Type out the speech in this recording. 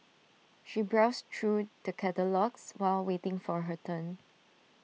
she browsed through the catalogues while waiting for her turn